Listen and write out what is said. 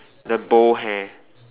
the bowl hair